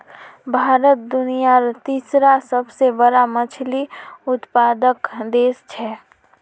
भारत दुनियार तीसरा सबसे बड़ा मछली उत्पादक देश छे